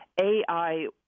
AI